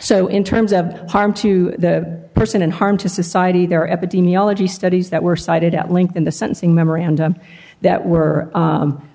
so in terms of harm to the person and harm to society there epidemiology studies that were cited at linked in the sentencing memorandum that were